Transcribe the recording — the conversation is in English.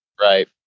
Right